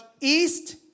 east